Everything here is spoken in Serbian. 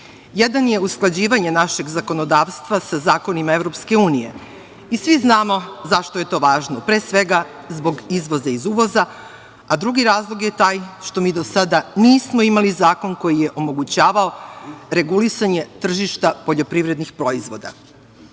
je usklađivanje našeg zakonodavstva sa zakonima EU i svi znamo zašto je to važno, pre svega, zbog izvoza iz uvoza, a drugi razlog je taj što mi do sada nismo imali zakon koji je omogućavao regulisanje tržišta poljoprivrednih